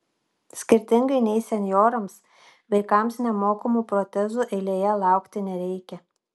skirtingai nei senjorams vaikams nemokamų protezų eilėje laukti nereikia